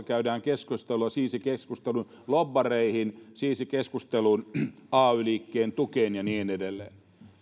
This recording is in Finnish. käydään keskustelua vaalirahoituskatosta lobbareihin siirsi keskustelun ay liikkeen tukeen ja niin edelleen